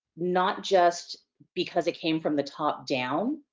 not just because it came from the top down,